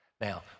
Now